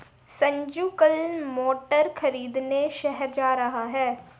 संजू कल मोटर खरीदने शहर जा रहा है